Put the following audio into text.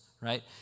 right